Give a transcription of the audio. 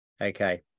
Okay